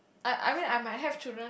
I I mean I might have children